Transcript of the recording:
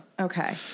Okay